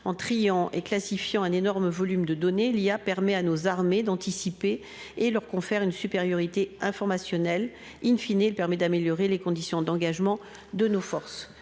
en triant et classifiant un énorme volume de données il y a permet à nos armées d'anticiper et leur confère une supériorité informationnel in fine, elle permet d'améliorer les conditions d'engagement de nos forces